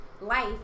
life